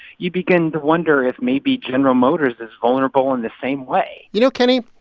you begin to wonder if maybe general motors is vulnerable in the same way you know, kenny,